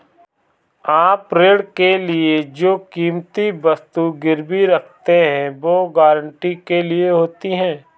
आप ऋण के लिए जो कीमती वस्तु गिरवी रखते हैं, वो गारंटी के लिए होती है